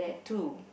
two